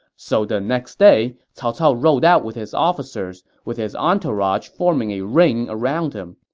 so the next day, cao cao rode out with his officers, with his entourage forming a ring around him.